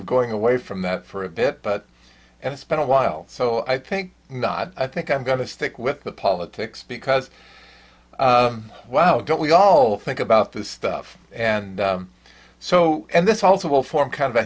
of going away from that for a bit but it's been a while so i think and i think i'm going to stick with the politics because wow don't we all think about the stuff and so this also will form kind of a